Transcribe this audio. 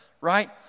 right